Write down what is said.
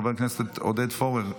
חבר הכנסת עודד פורר,